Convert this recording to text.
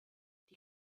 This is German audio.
die